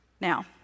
Now